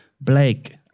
Blake